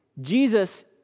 Jesus